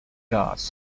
guards